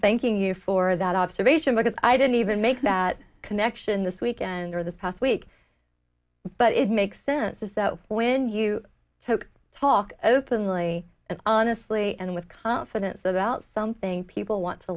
thanking you for that observation because i didn't even make that connection this weekend or this past week but it makes sense is that when you talk talk openly and honestly and with confidence about something people want to